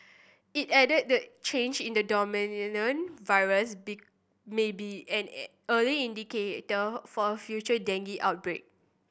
it added that change in the virus may be an early indicator for a future dengue outbreak